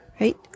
right